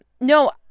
No